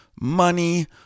money